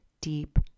deep